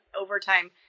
overtime